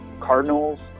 cardinals